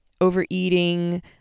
overeating